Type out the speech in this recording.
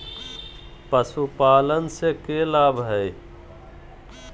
पशुपालन से के लाभ हय?